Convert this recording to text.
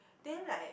then like